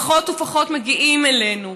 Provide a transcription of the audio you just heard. פחות ופחות מגיעים אלינו.